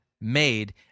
made